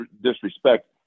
disrespect